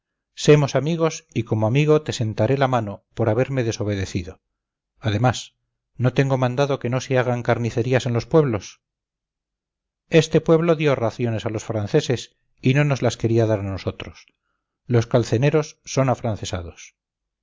semos amigos y como amigo te sentaré la mano por haberme desobedecido además no tengo mandado que no se hagan carnicerías en los pueblos este pueblo dio raciones a los franceses y no nos las quería dar a nosotros los calceneros son afrancesados